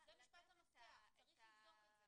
זה משפט המפתח, צריך לבדוק את זה.